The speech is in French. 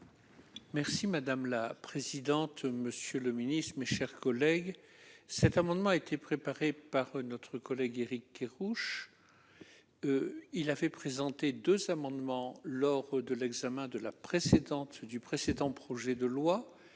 Madame la présidente, monsieur le ministre, mes chers collègues,